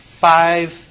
five